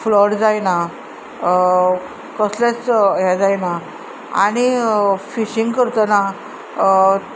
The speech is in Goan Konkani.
फ्लड जायना कसलेंच हें जायना आनी फिशींग करतना